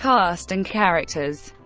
cast and characters